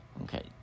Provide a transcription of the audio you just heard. okay